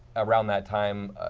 around that time,